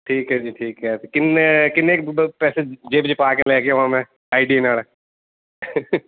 ਠੀਕ ਹੈ ਜੀ ਠੀਕ ਹੈ ਕਿੰਨੇ ਕਿੰਨੇ ਕੁ ਪ ਪੈਸੇ ਜੇਬ 'ਚ ਪਾ ਕੇ ਲੈ ਆਵਾਂ ਮੈਂ ਆਈਡੀਏ ਨਾਲ